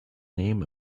name